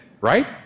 right